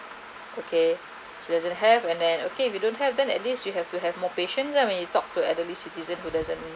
okay she doesn't have and then okay if you don't have then at least you have to have more patients and when you talk to elderly citizen who doesn't